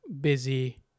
busy